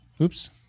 Oops